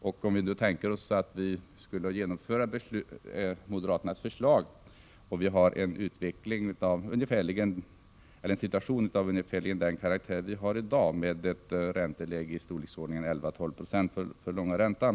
Låt oss tänka oss att vi skulle genomföra moderaternas förslag och ha en situation av ungefärligen den karaktär som vi har i dag, med ett ränteläge på 11-12 90 för den långa räntan.